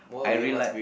I really like